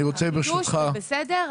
אני רוצה ברשותך --- החידוש הוא בסדר,